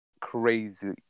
crazy